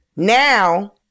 Now